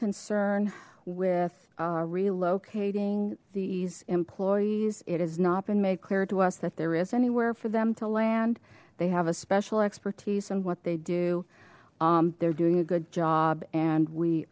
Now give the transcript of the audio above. concern with relocating these employees it has not been made clear to us that there is anywhere for them to land they have a special expertise on what they do they're doing a good job and we